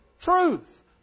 truth